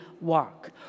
walk